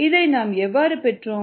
இதை நாம் எவ்வாறு பெற்றோம்